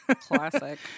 Classic